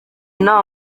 inama